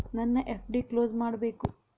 ನನ್ನ FD close ಮಾಡಬೇಕು